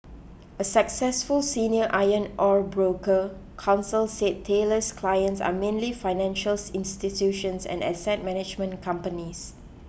a successful senior iron ore broker counsel said Taylor's clients are mainly financials institutions and asset management companies